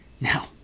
Now